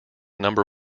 number